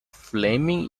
flaming